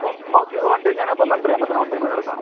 oh okay on time ഞാനാ പന്ത്രണ്ടരയാവുമ്പത്തേന് on time ഇവിടെ കാണും